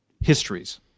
histories